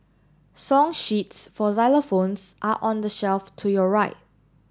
song sheets for xylophones are on the shelf to your right